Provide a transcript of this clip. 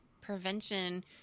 prevention